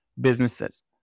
businesses